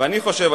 ואני חושב,